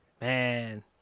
man